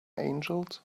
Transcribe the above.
angels